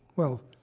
well,